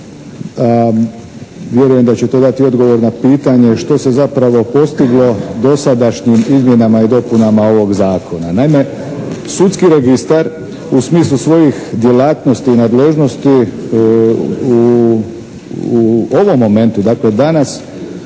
Vjerujem da će to dati odgovor na pitanje što se zapravo postiglo dosadašnjim izmjenama i dopunama ovog zakona. Naime, Sudski registar u smislu svojih djelatnosti i nadležnosti u ovom momentu dakle danas,